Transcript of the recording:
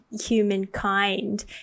humankind